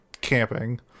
camping